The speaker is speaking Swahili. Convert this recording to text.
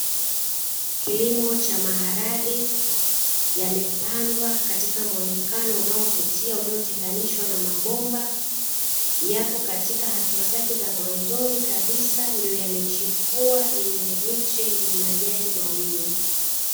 Kilimo cha maharage, yamepandwa katika muonekano unaovutia uliotenganishwa na mabomba, yapo katika hatua zake za mwanzoni kabisa ndiyo yamechipua yenye miche yenye majani mawili.